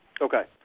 Okay